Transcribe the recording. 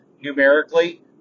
numerically